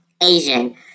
Asian